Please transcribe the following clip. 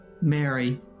Mary